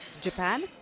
Japan